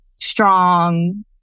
strong